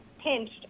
pinched